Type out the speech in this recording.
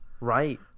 Right